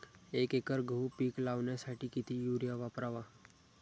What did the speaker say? एक एकर गहू पीक लावण्यासाठी किती युरिया वापरावा?